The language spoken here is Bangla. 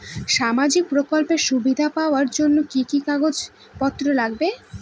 সামাজিক প্রকল্পের সুবিধা পাওয়ার জন্য কি কি কাগজ পত্র লাগবে?